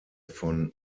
von